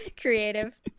creative